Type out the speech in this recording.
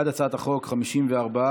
בעד הצעת החוק, 54,